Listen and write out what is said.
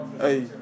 Hey